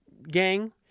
gang